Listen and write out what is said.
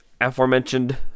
aforementioned